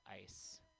ICE